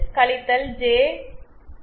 5 ஜே1